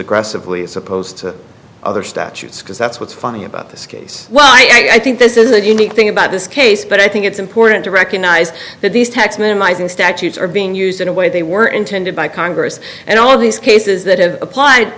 aggressively as opposed to other statutes because that's what's funny about this case well i think this is a unique thing about this case but i think it's important to recognize that these tax minimising statutes are being used in a way they were intended by congress and all these cases that have applied